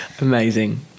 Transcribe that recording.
Amazing